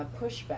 pushback